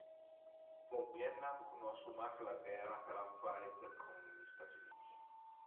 Dël Vietnam cunosu mach la ghera ch'al an fait cun gli Stati Uniti